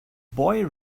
boy